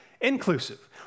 inclusive